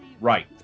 right